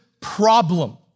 problem